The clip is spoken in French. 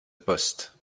poste